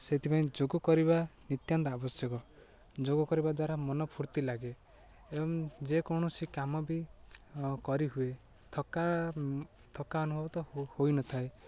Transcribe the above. ସେଥିପାଇଁ ଯୋଗ କରିବା ନିତ୍ୟାନ୍ତ ଆବଶ୍ୟକ ଯୋଗ କରିବା ଦ୍ୱାରା ମନ ଫୁର୍ତ୍ତି ଲାଗେ ଏବଂ ଯେକୌଣସି କାମ ବି କରିହୁଏ ଥକା ଥକା ଅନୁଭବ ତ ହୋଇନଥାଏ